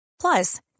Plus